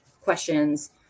questions